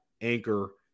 anchor